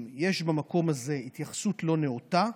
אם יש במקום הזה התייחסות לא נאותה,